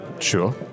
Sure